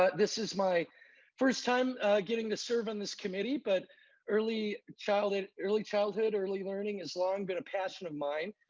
ah this is my first time getting to serve on this committee, but early childhood early childhood, early learning has long been a passion of mine.